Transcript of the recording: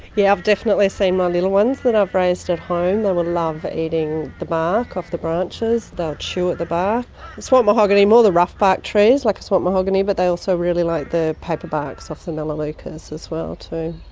yeah i've definitely seen my little ones that i've raised at home, they would love eating the bark off the branches, they would chew at the bark. the swamp mahogany, more the rough bark trees like a swamp mahogany, but they also really like the paperbarks off the melaleucas as well too.